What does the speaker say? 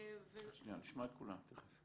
נשמע את כולם תכף.